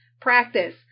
Practice